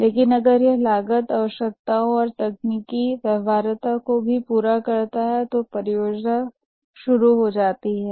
लेकिन अगर यह लागत आवश्यकताओं और तकनीकी व्यवहार्यता को यह पूरा करता है तो परियोजना शुरू हो जाती है